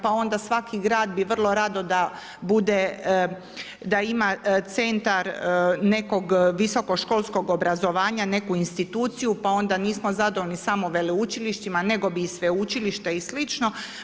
Pa onda svaki grad bi vrlo rado da bude, da ima centar nekog visokoškolskog obrazovanja, neku instituciju, pa onda nismo zadovoljni samo veleučilištima nego bi i sveučilište i slično.